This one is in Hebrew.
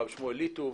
הרב שמואל ליטוב,